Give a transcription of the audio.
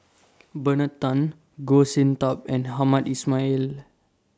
Bernard Tan Goh Sin Tub and Hamed Ismail